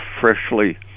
freshly